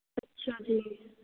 ਅੱਛਾ ਜੀ